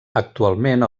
actualment